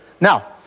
Now